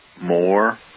more